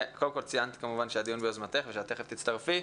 ציינתי כמובן שהדיון ביוזמתך ושאת תכף תצטרפי.